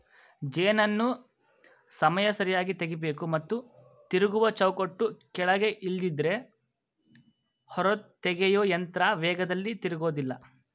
ಜೇನನ್ನು ಸಮಯ ಸರಿಯಾಗಿ ತೆಗಿಬೇಕು ಮತ್ತು ತಿರುಗುವ ಚೌಕಟ್ಟು ಕೆಳಗೆ ಇಲ್ದಿದ್ರೆ ಹೊರತೆಗೆಯೊಯಂತ್ರ ವೇಗದಲ್ಲಿ ತಿರುಗೋದಿಲ್ಲ